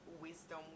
wisdom